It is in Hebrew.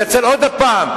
התנצל עוד פעם.